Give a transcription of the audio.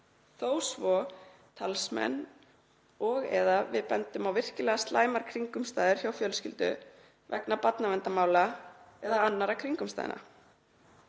þó svo talsmenn og/eða við bendum á virkilega slæmar kringumstæður hjá fjölskyldum vegna barnaverndarmála eða annarra kringumstæðna.